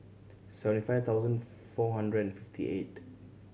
seventy five thousand four hundred and fifty eight